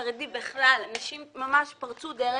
נשים ממש פרצו דרך.